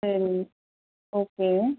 சரிங்க ஓகே